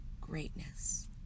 greatness